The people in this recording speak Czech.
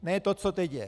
Ne to, co teď je.